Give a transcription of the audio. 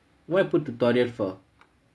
why put tutorial for